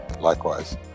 likewise